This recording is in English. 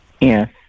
Yes